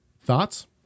Thoughts